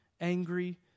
angry